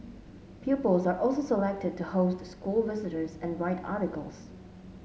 pupils are also selected to host school visitors and write articles